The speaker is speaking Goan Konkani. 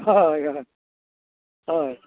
हय हय हय